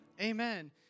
Amen